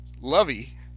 Lovey